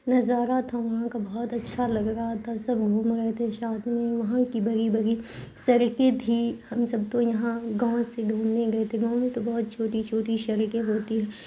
نظارہ تھا وہاں کا بہت اچھا لگ رہا تھا سب گھوم رہے تھے ساتھ میں وہاں کی بڑی بڑی سڑکیں تھی ہم سب تو یہاں گاؤں سے گھومنے گئے تھے گاؤں میں تو بہت چھوٹی چھوٹی سڑکیں ہوتی ہیں